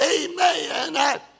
amen